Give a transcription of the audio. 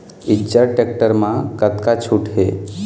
Eicher tractor म कतका छूट हे?